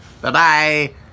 Bye-bye